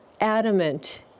adamant